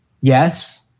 yes